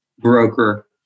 Broker